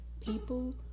people